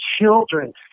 children